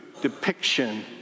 depiction